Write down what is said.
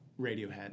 Radiohead